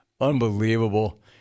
Unbelievable